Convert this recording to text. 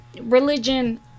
Religion